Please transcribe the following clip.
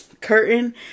curtain